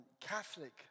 Catholic